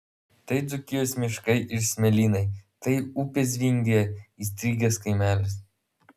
tai dzūkijos miškai ir smėlynai tai upės vingyje įstrigęs kaimelis